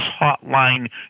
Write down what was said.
Hotline